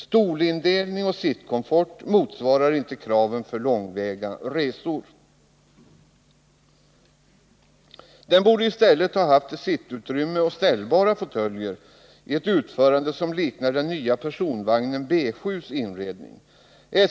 Stolsindelning och sittkomfort motsvarar inte kraven för långväga resor. Den borde i stället ha sittutrymme och ställbara fåtöljer i ett utförande som liknar den nya personvagnen B 7:s inredning.